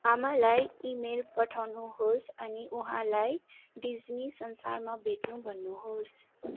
आमालाई इमेल पठाउनुहोस् अनि उहाँलाई डिज्नी संसारमा भेट्नू भन्नुहोस्